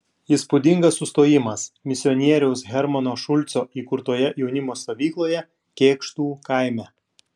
įspūdingas sustojimas misionieriaus hermano šulco įkurtoje jaunimo stovykloje kėkštų kaime